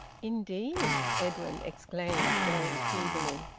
indeed! edwin exclaimed, very feebly.